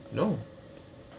no